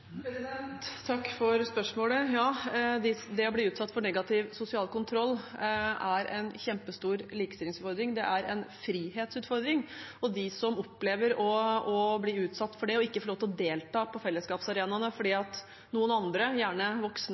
Takk for spørsmålet. Ja, det å bli utsatt for negativ sosial kontroll er en kjempestor likestillingsutfordring. Det er en frihetsutfordring, og de som opplever å bli utsatt for det og ikke får lov til å delta på fellesskapsarenaene fordi noen andre – gjerne voksne